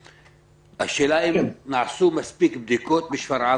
השאלה אם נעשו מספיק בדיקות בשפרעם